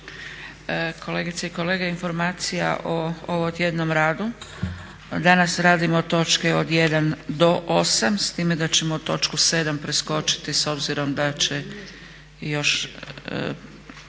Kolegice i kolege, informacija o ovotjednom radu. Danas radimo točke od 1. do 8. s time da ćemo točku 7. preskočiti s obzirom da će još